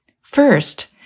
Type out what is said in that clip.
First